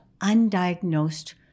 undiagnosed